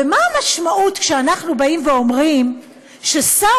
ומה המשמעות כשאנחנו באים ואומרים ששר